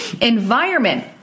environment